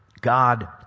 God